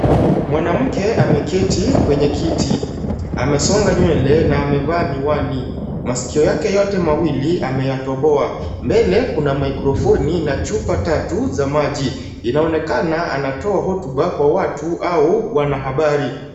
Mwanamke ameketi kwenye kiti. Amesonga nywele na amevaa miwani. Masikio yake yote mawili ameyatoboa. Mbele kuna microphoni na chupa tatu za maji. Inaonekana anatoa hotuba kwa watu au wanahabari.